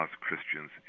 Christians